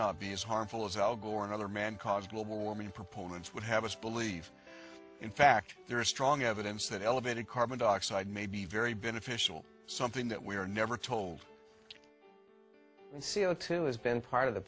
not be as harmful as al gore and other man caused global warming proponents would have us believe in fact there is strong evidence that elevated carbon dioxide may be very beneficial something that we are never told and c o two is been part of the